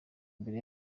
imbere